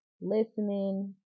listening